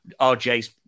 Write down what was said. RJ's